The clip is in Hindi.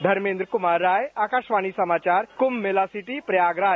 धर्मेन्द्र कुमार राय आकाशवाणी समाचार कुंभ मेला सिटी प्रयागराज